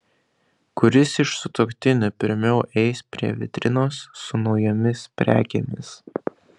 kuris iš sutuoktinių pirmiau eis prie vitrinos su naujomis prekėmis